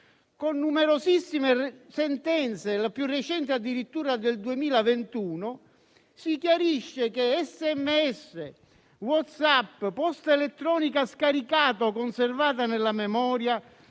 con numerosissime sentenze - la più recente addirittura del 2021 - chiarisce che, sms, WhatsApp, posta elettronica scaricata o conservata nella memoria,